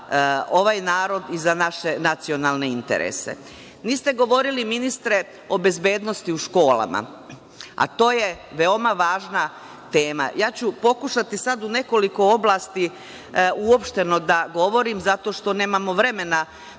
ovaj narod i za naše nacionalne interese. Niste govorili ministre o bezbednosti u školama, a to je veoma važna tema. Pokušaću u nekoliko oblasti uopšteno da govorim zato što nemamo vremena